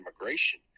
immigration